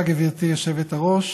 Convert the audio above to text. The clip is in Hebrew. תודה, גברתי היושבת-ראש,